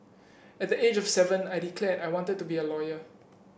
at the age of seven I declared I wanted to be a lawyer